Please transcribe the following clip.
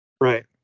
right